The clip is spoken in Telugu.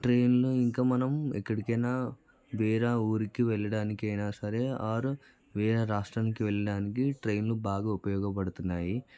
ట్రైన్లు ఇంకా మనం ఎక్కడికైనా వేరే ఊరికి వెళ్ళడానికి అయినా సరే ఆర్ వేరే రాష్ట్రానికి వెళ్ళడానికి ట్రైన్లు బాగా ఉపయోగపడుతున్నాయి